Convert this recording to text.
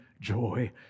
joy